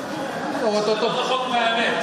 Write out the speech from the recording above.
מזהמים את האוויר שכולנו נושמים.